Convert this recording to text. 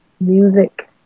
music